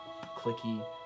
clicky